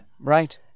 Right